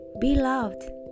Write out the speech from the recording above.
Beloved